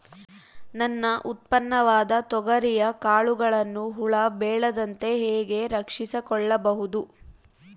ನನ್ನ ಉತ್ಪನ್ನವಾದ ತೊಗರಿಯ ಕಾಳುಗಳನ್ನು ಹುಳ ಬೇಳದಂತೆ ಹೇಗೆ ರಕ್ಷಿಸಿಕೊಳ್ಳಬಹುದು?